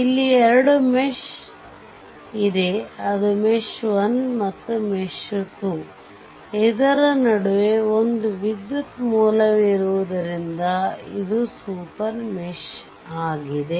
ಇಲ್ಲಿ ಎರಡು ಮೆಶ್ ಇದೆ ಅದು ಮೆಶ್ 1 ಮತ್ತು ಮೆಶ್ 2 ಇದರ ನಡುವೆ 1 ವಿದ್ಯುತ್ ಮೂಲವಿರುವುದರಿಂದ ಇದು ಸೂಪರ್ ಮೆಶ್ ಆಗಿದೆ